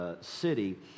city